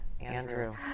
Andrew